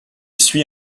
suit